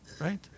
Right